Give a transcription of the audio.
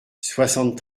soixante